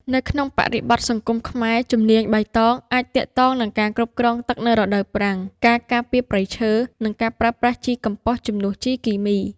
នៅក្នុងបរិបទសង្គមខ្មែរ ជំនាញបៃតងអាចទាក់ទងនឹងការគ្រប់គ្រងទឹកនៅរដូវប្រាំង ការការពារព្រៃឈើ និងការប្រើប្រាស់ជីកំប៉ុស្តជំនួសជីគីមី។